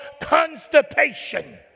constipation